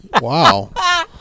wow